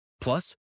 Plus